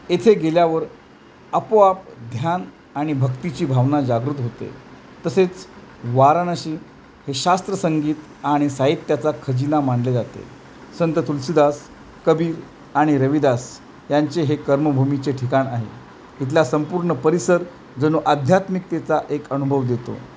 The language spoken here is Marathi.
येथे गेल्यावर आपोआप ध्यान आणि भक्तीची भावना जागृत होते तसेच वाराणसी हे शास्त्र संगीत आणि साहित्याचा खजीना मानले जाते संत तुलसीदास कबिर आणि रविदास यांचे हे कर्मभूमीचे ठिकाण आहे इथला संपूर्ण परिसर जणू आध्यात्मिकतेचा एक अनुभव देतो